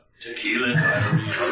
tequila